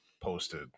posted